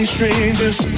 Strangers